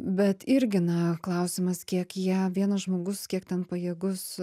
bet irgi na klausimas kiek jie vienas žmogus kiek ten pajėgus